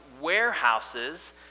warehouses